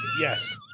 Yes